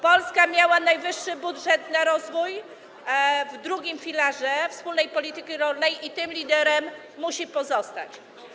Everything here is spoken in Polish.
Polska miała najwyższy budżet na rozwój w II filarze wspólnej polityki rolnej i tym liderem musi pozostać.